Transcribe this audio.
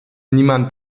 niemand